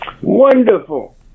wonderful